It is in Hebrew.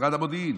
משרד המודיעין.